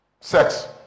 Sex